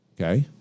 Okay